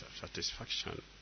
satisfaction